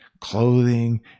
clothing